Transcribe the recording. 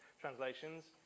translations